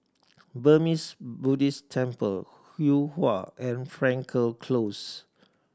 Burmese Buddhist Temple Yuhua and Frankel Close